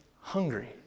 hungry